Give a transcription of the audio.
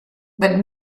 but